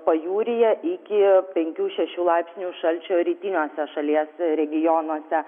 pajūryje iki penkių šešių laipsnių šalčio rytiniuose šalies regionuose